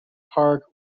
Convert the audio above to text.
park